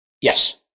Yes